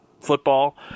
football